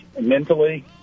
mentally